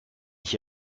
ich